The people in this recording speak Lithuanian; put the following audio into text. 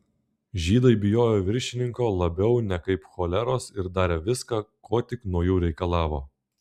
žydai bijojo viršininko labiau nekaip choleros ir darė viską ko tik nuo jų reikalavo